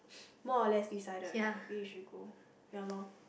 more or less decided lah maybe you should go ya loh